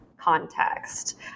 context